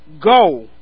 go